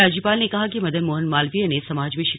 राज्यपाल ने कहा कि मदन मोहन मालवीय ने समाज में हिं